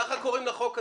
כך קוראים לחוק הזה.